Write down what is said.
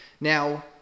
Now